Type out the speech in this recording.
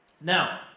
Now